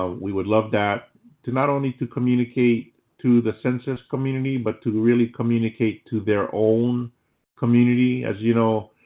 ah we would love that to not only to communicate to the census community but to really communicate to their own community. as you know,